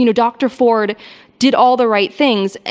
you know dr. ford did all the right things,